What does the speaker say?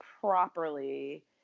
properly